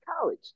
college